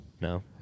no